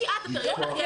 לא לומדים.